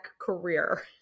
career